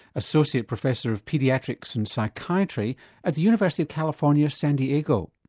associate professor of paediatrics and psychiatry at the university of california, san diego.